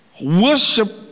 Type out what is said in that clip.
worship